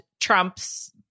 Trump's